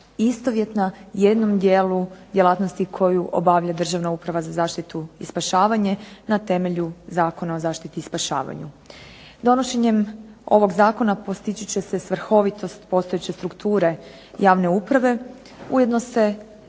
istovjetna jednom dijelu djelatnosti koju obavlja Državna uprava za zaštitu i spašavanje na temelju Zakona o zaštiti i spašavanju. Donošenjem ovog zakona postići će se svrhovitost postojeće strukture javne uprave. Ujedno se